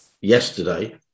yesterday